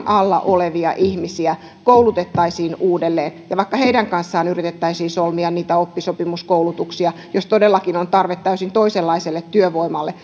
alla olevia ihmisiä koulutettaisiin uudelleen ja vaikkapa heidän kanssaan yritettäisiin solmia niitä oppisopimuskoulutuksia jos todellakin on tarve täysin toisenlaiselle työvoimalle